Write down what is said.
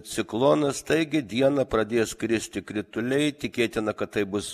ciklonas taigi dieną pradės kristi krituliai tikėtina kad tai bus